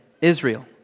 Israel